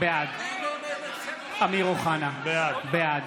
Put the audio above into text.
בעד אמיר אוחנה, בעד